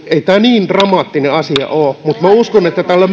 ei tämä niin dramaattinen asia ole mutta uskon että tällä